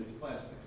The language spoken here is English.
plastic